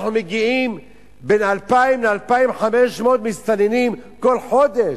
אנחנו מגיעים לבין 2,000 ל-2,500 מסתננים בכל חודש.